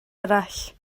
arall